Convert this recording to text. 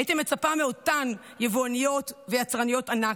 הייתי מצפה מאותן יבואניות ויצרניות ענק,